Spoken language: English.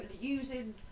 using